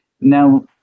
Now